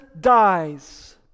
dies